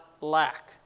lack